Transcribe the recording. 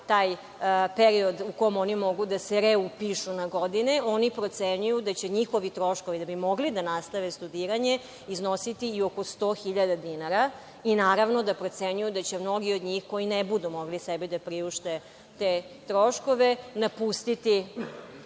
taj period u kome oni mogu da se reupišu na godine, oni procenjuju da će njihovi troškovi, da bi mogli da nastave studiranje, iznositi oko 100 hiljada dinara i naravno da procenjuju da će mnogi od njih koji ne budu mogli sebi da priušte te troškove napustiti